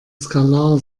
skalar